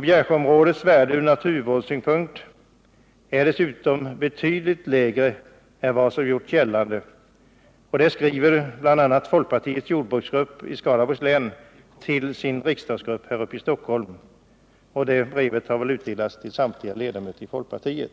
Bjärsjöområdets värde ur naturvårdssynpunkt är dessutom betydligt 6 december 1978 lägre än vad som gjorts gällande.” — Det skriver bl.a. folkpartiets jordbruksgrupp i Skaraborgs län till sin riksdagsgrupp här i Stockholm. Det brevet torde ha delats ut till samtliga ledamöter i folkpartiet.